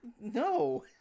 No